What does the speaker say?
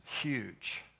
huge